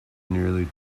nearly